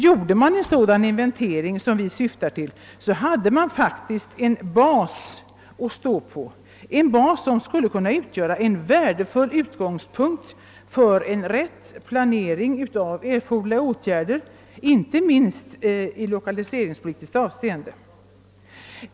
Gjorde man en sådan inventering som vi syftar till, hade man faktiskt en bas att stå på, som skulle kunna utgöra en värdefull utgångspunkt för rätt planering av erforderliga åtgärder, inte minst i lokaliseringspolitiskt avseende.